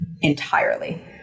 entirely